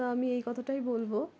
তা আমি এই কথাটাই বলবো